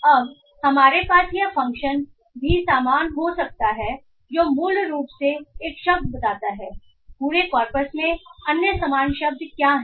अब हमारे पास यह फ़ंक्शन भी समान हो सकता है जो मूल रूप से एक शब्द बताता है पूरे कॉर्पस में अन्य समान शब्द क्या हैं